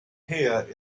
here